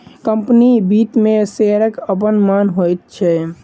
company वित्त मे शेयरक अपन मान होइत छै